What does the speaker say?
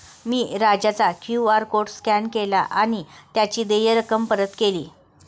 मी राजाचा QR code scan केला आणि त्याची देय रक्कम परत केली